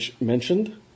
mentioned